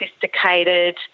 sophisticated